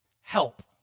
help